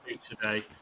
today